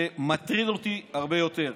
שמטריד אותי הרבה יותר.